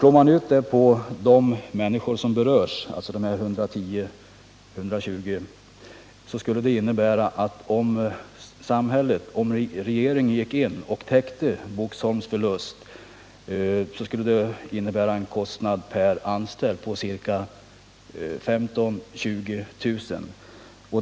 Om samhället skulle gå in och täcka Boxholms förlust skulle det således innebära — om man slår ut det hela på de människor som berörs, 110-120 personer, en kostnad per anställd på 15 000-20 000 kr.